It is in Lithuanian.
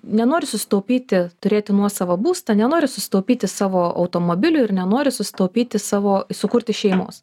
nenori susitaupyti turėti nuosavą būstą nenori susitaupyti savo automobiliui ir nenori susitaupyti savo sukurti šeimos